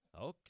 okay